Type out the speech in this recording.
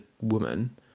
woman